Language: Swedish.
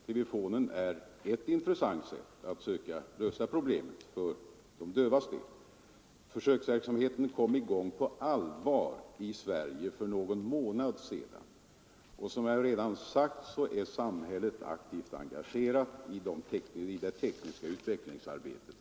TV-fonen är ett intressant sätt att försöka lösa problemet för de dövas del. Försöksverksamheten kom i gång på allvar i Sverige för någon månad sedan, och som jag redan nämnt är samhället aktivt engagerat i det tekniska utvecklingsarbetet.